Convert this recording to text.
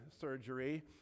surgery